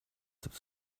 have